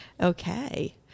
Okay